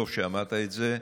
טוב שאמרת את זה.